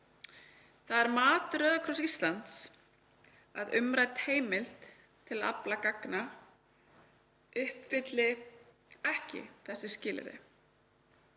Það er mat Rauða krossins á Íslandi að umrædd heimild til að afla gagna uppfylli ekki þessi skilyrði